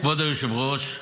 כבוד היושב-ראש,